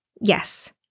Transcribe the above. Yes